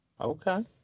Okay